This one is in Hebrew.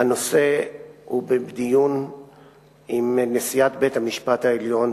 הנושא הוא בדיון עם נשיאת בית-המשפט העליון